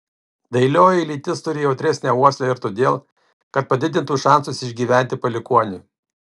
dailioji lytis turi jautresnę uoslę ir todėl kad padidintų šansus išgyventi palikuoniui